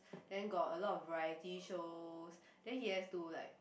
then got a lot variety shows then he have to like